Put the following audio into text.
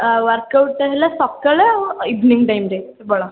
work ଆଉଟ୍ଟା ହେଲା ସକାଳ ଆଉ ଇଭିନିଙ୍ଗ ଟାଇମ୍ରେ କେବଳ